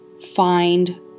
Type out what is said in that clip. find